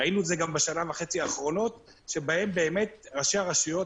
ראינו את זה בשנה וחצי האחרונות שבהן ראשי הרשויות,